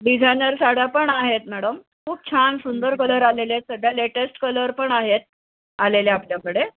designer साड्या पण आहेत मॅडम खूप छान सुंदर कलर आलेले आहेत सध्या लेटेस्ट कलर पण आहेत आलेले आपल्याकडे